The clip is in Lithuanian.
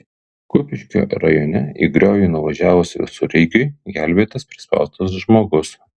kupiškio rajone į griovį nuvažiavus visureigiui gelbėtas prispaustas žmogus